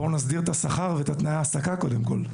בואו נסדיר את השכר ואת תנאי ההעסקה, קודם כל,